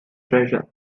treasure